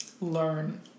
learn